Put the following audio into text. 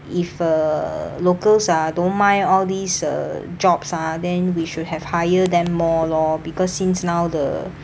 if uh locals ah don't mind all these uh jobs ah then we should have hire them more lor because since now the